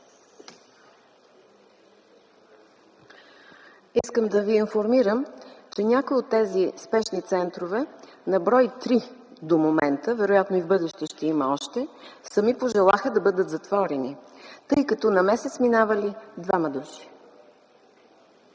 Искам да Ви информирам, че някои от тези спешни центрове, на брой три до момента, вероятно в бъдеще ще има още, сами пожелаха да бъдат затворени, тъй като на месец минавали двама души.